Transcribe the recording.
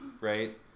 right